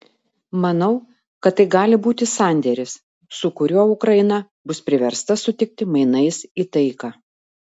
manau kad tai gali būti sandėris su kuriuo ukraina bus priversta sutikti mainais į taiką